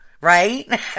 right